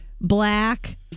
black